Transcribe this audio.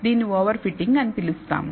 దీనిని overfitting అని పిలుస్తాము